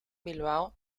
bilbao